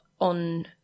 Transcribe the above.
on